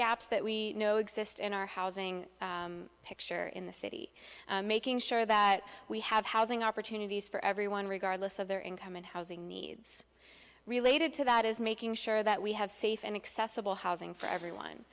gaps that we know exist in our housing picture in the city making sure that we have housing opportunities for everyone regardless of their income and housing needs related to that is making sure that we have safe and accessible housing for